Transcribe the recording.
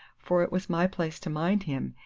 for it was my place to mind him,